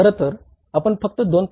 खरतर आपण फक्त 2